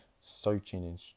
searching